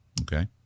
Okay